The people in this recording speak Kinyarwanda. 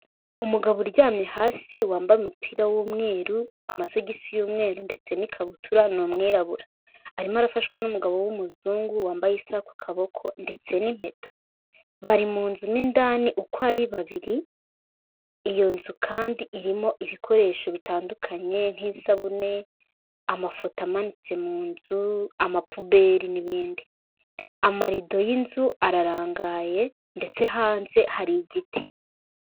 Umugabo uryamye hasi wambaye umupira w'umweru amasogisi y'umweru ndetse n'ikabutura, ni umwirabura arimo arafashshwa n'umugabo w'umuzungu wambaye isaha ku kaboko ndetse n'impeta, bari mu nzu mo indani uko ari babiri, iyo nzu kandi irimo ibikoresho bitandukanye nk'isabune, amafoto amanitse mu nzu, amapubeli n'ibindi. Amarido y'inzu ararangaye ndetse hanze hari igiti.